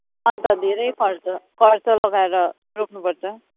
अन्त धेरै खर्च खर्च लगाएर रोप्नुपर्छ